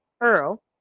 Earl